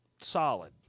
solid